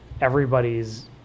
everybody's